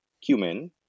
cumin